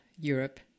Europe